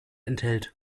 enthält